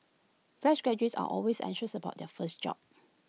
fresh graduates are always anxious about their first job